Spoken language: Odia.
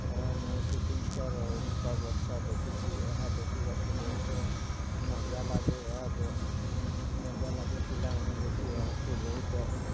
ମୁଁ ସୁଟିଂ ଷ୍ଟାର୍ ଉଲ୍କା ବର୍ଷା ଦେଖିଛି ଏହା ଦେଖିବାକୁ ବହୁତ ମଜା ଲାଗେ ଏହା ମଜା ଲାଗେ ପିଲାମାନେ ଦେଖିବାକୁ ବହୁତ୍